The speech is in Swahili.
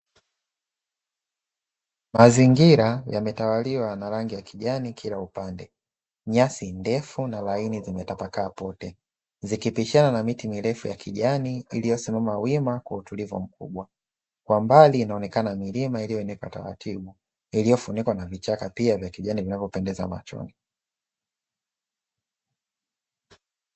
Mazingira yametawaliwa na rangi ya kijani kila upande, nyasi ndefu na laini zimetapakaa pote, zikipishana na miti mirefu ya kijani iliyosimama wima kwa utulivu mkubwa, kwa mbali inaonekana milima iliyoinuka taratibu, iliyofunikwa na vichaka pia vya kijani vinavopendeza machoni.